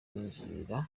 yinjira